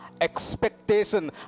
expectation